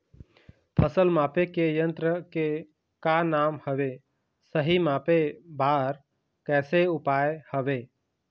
फसल मापे के यन्त्र के का नाम हवे, सही मापे बार कैसे उपाय हवे?